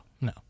no